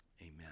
Amen